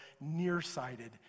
nearsighted